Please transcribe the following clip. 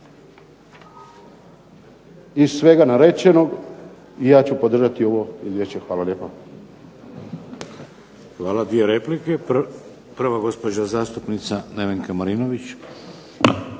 Iz svega narečenog i ja ću podržati ovo izvješće. Hvala lijepa. **Šeks, Vladimir (HDZ)** Hvala. Dvije replike. Prva gospođa zastupnica Nevenka Marinović.